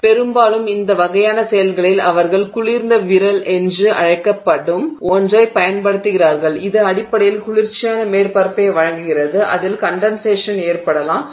எனவே பெரும்பாலும் இந்த வகையான செயல்களில் அவர்கள் குளிர்ந்த விரல் என்று அழைக்கப்படும் ஒன்றைப் பயன்படுத்துகிறார்கள் இது அடிப்படையில் குளிர்ச்சியான மேற்பரப்பை வழங்குகிறது அதில் கண்டென்சேஷன் ஏற்படலாம்